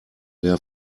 der